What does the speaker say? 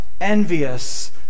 envious